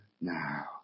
now